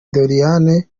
doriane